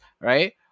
right